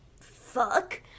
fuck